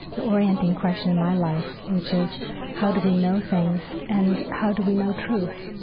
the orienting question in my life, which is how do we know things and how do we know truth.